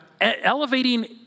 elevating